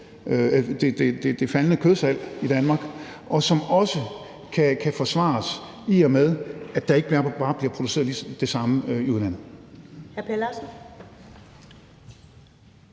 det faldende kødsalg i Danmark, og som også kan forsvares, i og med at der ikke bare bliver produceret det samme i udlandet.